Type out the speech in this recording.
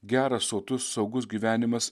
geras sotus saugus gyvenimas